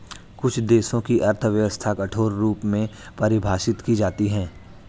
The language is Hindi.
कुछ देशों की अर्थव्यवस्था कठोर रूप में परिभाषित की जाती हैं